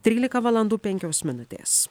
trylika valandų penkios minutės